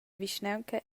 vischnaunca